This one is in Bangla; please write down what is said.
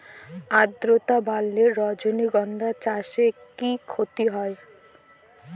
আদ্রর্তা বাড়লে রজনীগন্ধা চাষে কি ক্ষতি হয়?